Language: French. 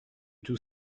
tout